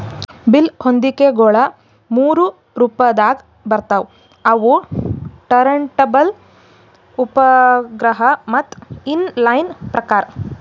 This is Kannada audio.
ಬೇಲ್ ಹೊದಿಕೆಗೊಳ ಮೂರು ರೊಪದಾಗ್ ಬರ್ತವ್ ಅವು ಟರಂಟಬಲ್, ಉಪಗ್ರಹ ಮತ್ತ ಇನ್ ಲೈನ್ ಪ್ರಕಾರ್